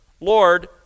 Lord